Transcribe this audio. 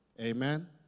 Amen